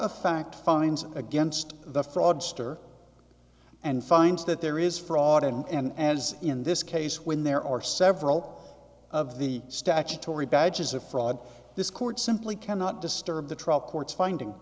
fact fines against the fraudster and finds that there is fraud in and as in this case when there are several of the statutory badges of fraud this court simply cannot disturb the trial court's finding